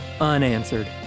unanswered